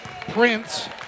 Prince